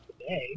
today